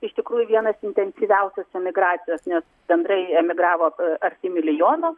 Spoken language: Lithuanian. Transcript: iš tikrųjų vienas intensyviausios emigracijos nes bendrai emigravo arti milijono